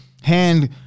hand